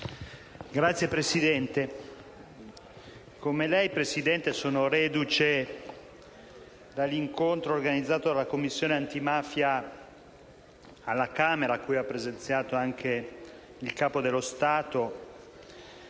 Signor Presidente, come lei sono reduce dall'incontro organizzato dalla Commissione antimafia alla Camera, cui ha presenziato anche il Capo dello Stato,